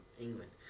England